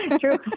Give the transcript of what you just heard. True